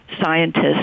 Scientists